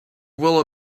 will